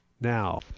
now